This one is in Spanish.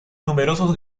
numerosos